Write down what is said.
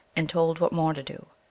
and told what more to do.